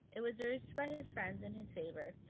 it was urged by his friends in his favour,